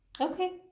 Okay